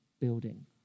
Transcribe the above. building